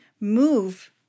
move